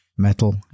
metal